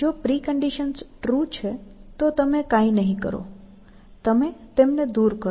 જો preconditions true છે તો તમે કાંઈ નહીં કરો તમે તેમને દૂર કરો